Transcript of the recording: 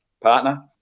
partner